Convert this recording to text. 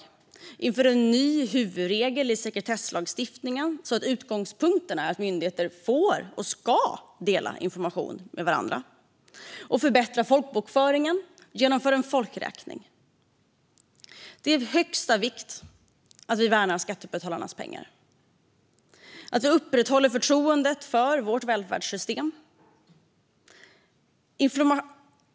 Man inför en ny huvudregel i sekretesslagstiftningen så att utgångspunkten är att myndigheter får och ska dela information med varandra samt förbättrar folkbokföringen och genomför en folkräkning. Det är av största vikt att vi värnar skattebetalarnas pengar och att vi upprätthåller förtroendet för vårt välfärdssystem.